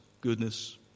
goodness